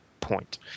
point